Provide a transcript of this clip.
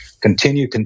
continue